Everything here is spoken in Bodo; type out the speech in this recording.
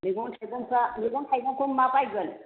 मैगं थाइगंफ्रा मैगं थाइगंखौ मा बायगोन